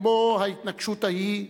כמו ההתנקשות ההיא,